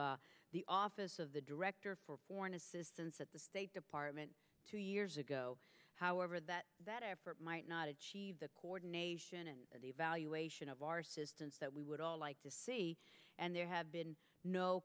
of the office of the director for foreign assistance at the state department two years ago however that that effort might not achieve the coordination and evaluation of our assistance that we would all like to see and there have been no